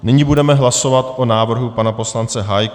Nyní budeme hlasovat o návrhu pana poslance Hájka.